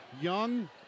Young